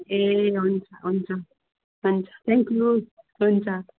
ए हुन्छ हुन्छ हुन्छ थ्याङ्क यू हुन्छ